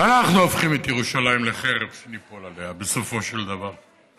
אנחנו הופכים את ירושלים לחרב שניפול עליה בסופו של דבר.